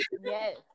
yes